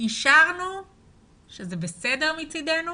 אישרנו שזה בסדר מצדנו